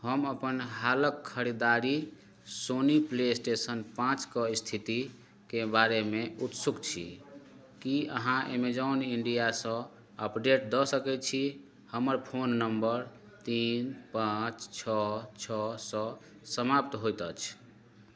हम अपन हालक खरीदारी सोनी प्ले स्टेशन पाँचक स्थितिकेँ बारेमे उत्सुक छी की अहाँ एमेजॉन इण्डियासँ अपडेट दऽ सकैत छी हमर फोन नम्बर तीन पाँच छओ छओ पर समाप्त होइत अछि